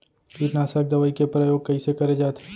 कीटनाशक दवई के प्रयोग कइसे करे जाथे?